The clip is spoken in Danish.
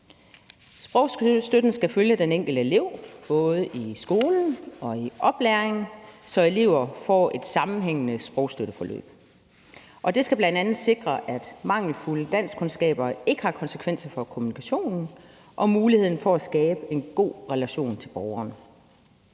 Sprogstøtten skal følge den enkelte elev både i skolen og i oplæringen, så eleverne får et sammenhængende sprogstøtteforløb. Det skal bl.a. sikre, at mangelfulde danskkundskaber ikke har konsekvenser for kommunikationen og muligheden for at skabe en god relation til borgeren.